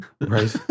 Right